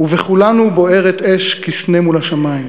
ובכולנו בוערת אש כסנה מול השמים,